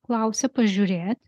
klausia pažiūrėt